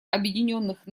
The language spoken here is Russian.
объединенных